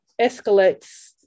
escalates